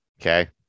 Okay